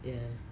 ya